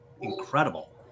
incredible